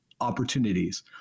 opportunities